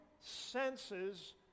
senses